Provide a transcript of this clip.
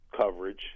coverage